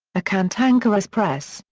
a cantankerous press,